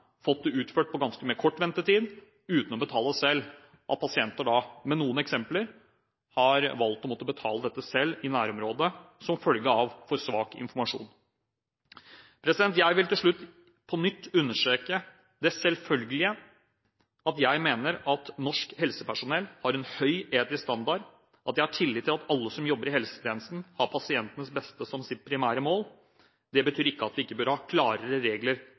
fått det utført etter kort ventetid, uten å betale selv. Jeg vil til slutt på nytt understreke det selvfølgelige, at jeg mener at norsk helsepersonell har en høy etisk standard, at jeg har tillit til at alle som jobber i helsetjenesten, har pasientenes beste som sitt primære mål. Det betyr ikke at vi ikke bør ha klarere regler